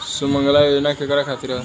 सुमँगला योजना केकरा खातिर ह?